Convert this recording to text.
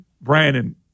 Brandon